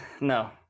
No